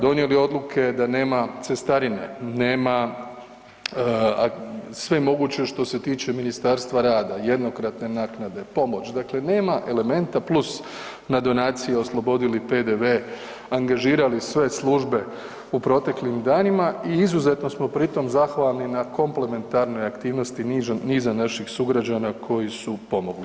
Donijeli odluke da nema cestarine, nema sve moguće što se tiče Ministarstva rada, jednokratne naknade, pomoć, dakle nema elementa, plus na donacije oslobodili PDV, angažirali sve službe u proteklim danima i izuzetno smo pri tom zahvalni na komplementarnoj aktivnosti niza naših sugrađana koji su pomogli.